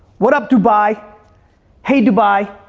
what up, dubai. hey, dubai,